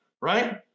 right